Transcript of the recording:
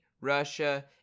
russia